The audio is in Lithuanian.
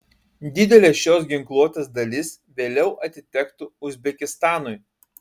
didelė šios ginkluotės dalis vėliau atitektų uzbekistanui